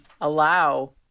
allow